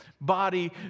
body